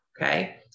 okay